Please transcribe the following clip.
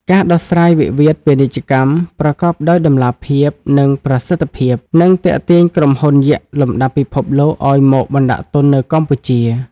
ការដោះស្រាយវិវាទពាណិជ្ជកម្មប្រកបដោយតម្លាភាព និងប្រសិទ្ធភាព នឹងទាក់ទាញក្រុមហ៊ុនយក្សលំដាប់ពិភពលោកឱ្យមកបណ្ដាក់ទុននៅកម្ពុជា។